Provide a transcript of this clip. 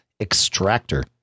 extractor